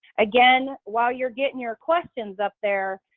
again, while you're getting your questions up there,